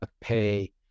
pay